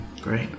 Great